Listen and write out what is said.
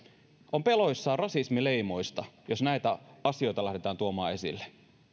on peloissaan rasismileimoista jos näitä asioita lähdetään tuomaan esille